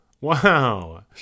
Wow